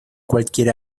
cualquier